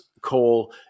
coal